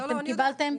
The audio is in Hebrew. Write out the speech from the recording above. אתם קיבלתם שבחים.